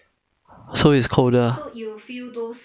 so it's colder ah